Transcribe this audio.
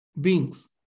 beings